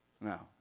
No